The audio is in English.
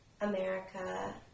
America